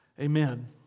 Amen